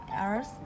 Earth